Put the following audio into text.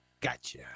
gotcha